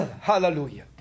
Hallelujah